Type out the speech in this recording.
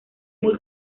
muy